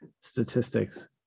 statistics